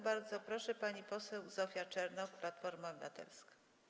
Bardzo proszę, pani poseł Zofia Czernow, Platforma Obywatelska.